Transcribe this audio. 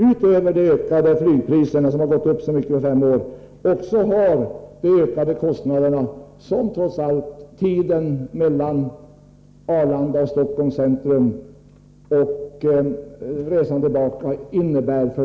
Utöver de höga flygpriserna — som har gått upp så mycket på fem år — drabbas de av den ökade kostnad som trots allt restiden mellan Arlanda och Stockholms centrum innebär.